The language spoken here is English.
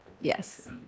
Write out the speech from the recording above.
Yes